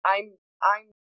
I'm—I'm—